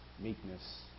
meekness